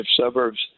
suburbs